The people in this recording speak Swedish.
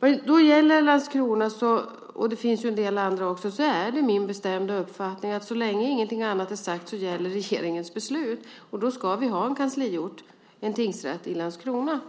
När det gäller Landskrona och en del andra orter är det min bestämda uppfattning att så länge ingenting annat är sagt gäller regeringens beslut. Då ska vi ha en tingsrätt i Landskrona.